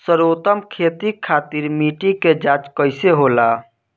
सर्वोत्तम खेती खातिर मिट्टी के जाँच कइसे होला?